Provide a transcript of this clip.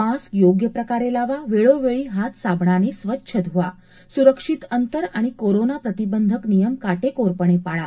mask योग्य प्रकारे लावा वेळोवेळी हात साबणाने स्वच्छ धुवा सुरक्षित अंतर आणि कोरोना प्रतिबंधक नियम काटेकोरपणे पाळा